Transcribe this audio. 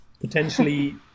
potentially